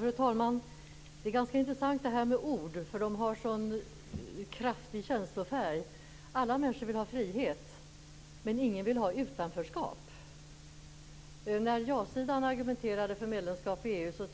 Fru talman! Det är intressant det här med ord, i och med att de har en sådan kraftig känslofärg. Alla människor vill ha frihet, men ingen vill ha utanförskap.